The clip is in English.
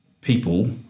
people